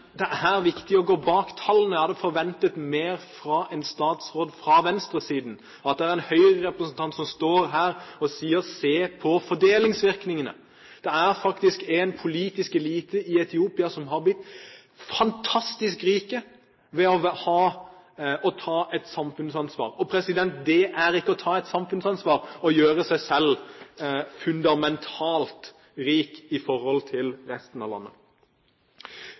det er viktig å gå bak tallene. Jeg hadde forventet mer fra en statsråd fra venstresiden. Det er en Høyre-representant som står her og sier: Se på fordelingsvirkningene! Det er faktisk en politisk elite i Etiopia som har blitt fantastisk rik ved å ta et samfunnsansvar. Det er ikke å ta et samfunnsansvar å gjøre seg selv fundamentalt rik i forhold til resten av landet.